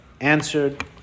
Answered